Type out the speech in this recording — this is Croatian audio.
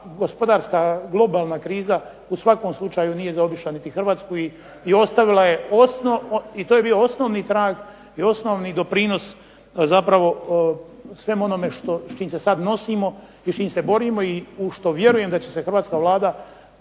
gospodarska, globalna kriza u svakom slučaju nije zaobišla niti Hrvatsku i ostavila je, i to je bio osnovni trag i osnovni doprinos zapravo svemu onome s čim se sad nosimo i s čim se borimo i u što vjerujem da će se hrvatska Vlada,